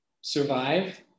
survive